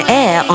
air